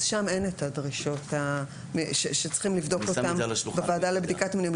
אז שם אין את הדרישות שצריכים לבדוק אותן בוועדה לבדיקת מינויים.